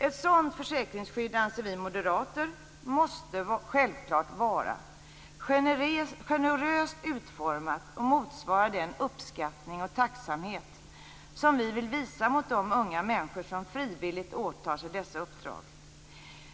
Ett sådant försäkringsskydd anser vi moderater självklart måste vara generöst utformat och motsvara den uppskattning och tacksamhet som vi vill visa mot de unga människor som frivilligt åtar sig dessa uppdrag.